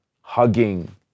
hugging